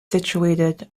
situated